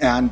and